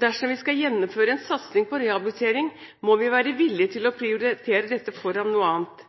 Dersom vi skal gjennomføre en satsing på rehabilitering, må vi være villige til å prioritere dette foran noe annet.